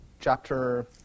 chapter